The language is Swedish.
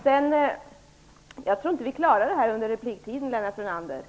Jag tror inte att vi klarar av det här resonemanget under repliktiden, Lennart Brunander.